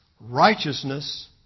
righteousness